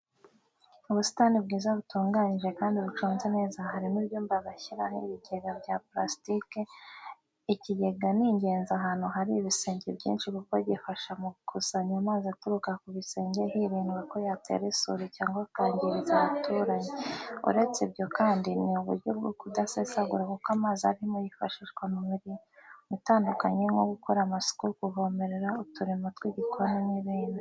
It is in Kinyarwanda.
Ubusitani bwiza butunganyije kandi buconze neza, harimo ibyuma bashyiraho ibigega bya purasitike. Ikigega ni ingenzi ahantu hari ibisenge byinshi kuko gifasha mu gukusanya amazi aturuka ku bisenge hirindwa yo yatera isuri cyangwa akangiriza abaturanyi. Uretse ibyo kandi, ni uburyo bwo kudasesagura kuko amazi arimo yifashishwa mu mirimo itandukanye nko gukora amasuku, kuvomera uturima tw'igikoni n'ibindi.